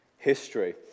History